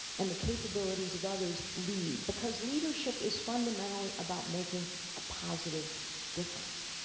and the capabilities of others lead, because leadership is fundamentally about making a positive difference.